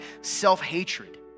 self-hatred